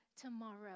tomorrow